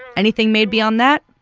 anything made beyond that,